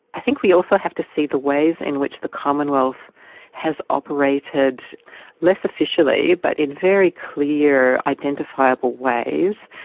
i think we also have to see the ways in which the commonwealth has operated less officially but in very clear, identifiable ways.